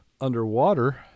underwater